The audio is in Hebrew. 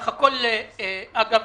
אגב,